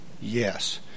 yes